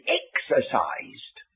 exercised